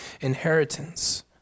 inheritance